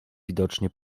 widocznie